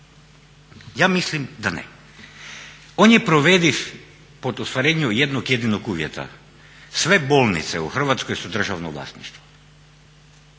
Ja mislim da ne. On je provediv po ostvarenju jednog jedinog uvjeta. Sve bolnice u Hrvatskoj su državno vlasništvo,